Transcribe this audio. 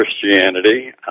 Christianity